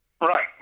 Right